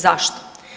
Zašto?